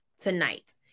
tonight